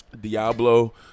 Diablo